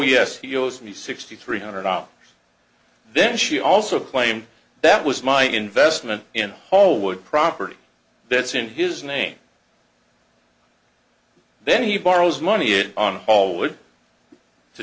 yes he owes me sixty three hundred dollars then she also claimed that was my investment in halward property that's in his name then he borrows money it on